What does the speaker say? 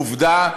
עובדה,